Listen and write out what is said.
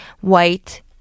white